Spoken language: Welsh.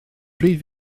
pryd